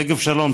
שגב שלום,